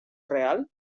real